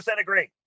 agree